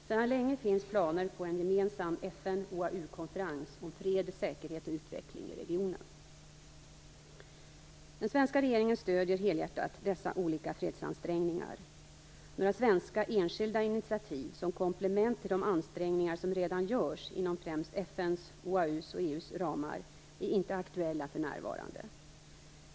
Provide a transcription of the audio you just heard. Sedan länge finns planer på en gemensam FN/OAU-konferens om fred, säkerhet och utveckling i regionen. Den svenska regeringen stöder helhjärtat dessa olika fredsansträngningar. Några svenska enskilda initiativ som komplement till de ansträngningar som redan görs inom främst FN:s, OAU:s och EU:s ramar är inte aktuella för närvarande.